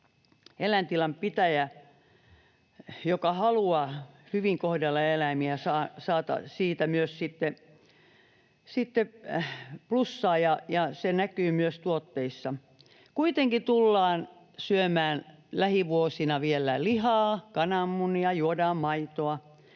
eläintilan pitäjä, joka haluaa hyvin kohdella eläimiä, saa siitä myös sitten plussaa, ja se näkyy myös tuotteissa. Kuitenkin tullaan vielä syömään lähivuosina lihaa, kananmunia ja juodaan maitoa.